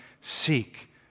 Seek